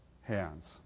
hands